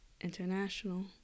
international